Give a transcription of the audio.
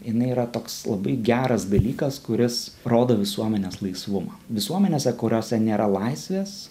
jinai yra toks labai geras dalykas kuris rodo visuomenės laisvumą visuomenėse kuriose nėra laisvės